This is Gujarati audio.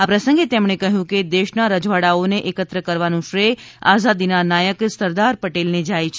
આ પ્રસંગે તેમણે કહ્યું હતું કે દેશના રજવાડાંઓને એકત્ર કરવાનું શ્રેય આઝાદીના નાયક સરદાર પટેલને જાય છે